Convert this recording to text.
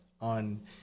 on